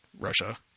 Russia